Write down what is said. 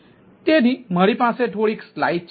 તેથી મારી પાસે થોડીક સ્લાઇડ છે